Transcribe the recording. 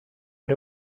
but